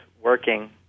working